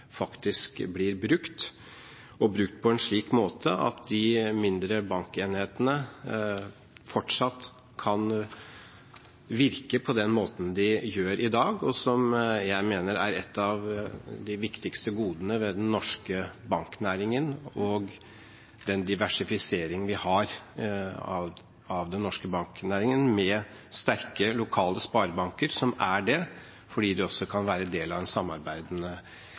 faktisk blir brukt, og at de blir brukt på en slik måte at de mindre bankenhetene fortsatt kan virke på den måten de gjør i dag. Det mener jeg er en av de viktigste godene ved den norske banknæringen og den diversifisering vi har av den norske banknæringen med sterke lokale sparebanker, som er det fordi de også kan være del av en